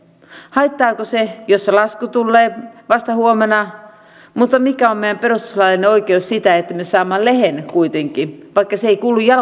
haittaako se jos se lasku tulee vasta huomenna mutta mikä on meidän perustuslaillinen oikeus siitä että me saamme lehden kuitenkin vaikka se ei kuulu